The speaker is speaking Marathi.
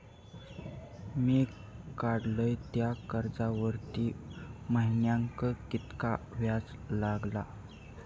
मी काडलय त्या कर्जावरती महिन्याक कीतक्या व्याज लागला?